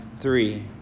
three